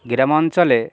গ্রামাঞ্চলে